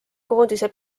koondise